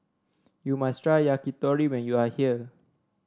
you must try Yakitori when you are here